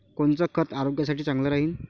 कोनचं खत आरोग्यासाठी चांगलं राहीन?